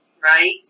right